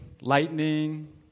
lightning